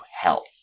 hell